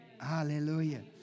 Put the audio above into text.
Hallelujah